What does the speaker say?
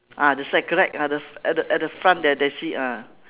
ah that side correct at the at the at the front there that's it ah